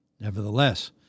Nevertheless